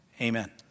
Amen